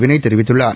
வினய் தெரிவித்துள்ளார்